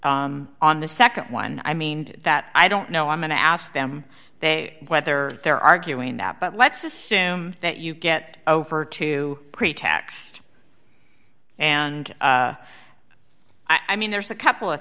on the nd one i mean that i don't know i'm going to ask them they whether they're arguing that but let's assume that you get over to create taxed and i mean there's a couple of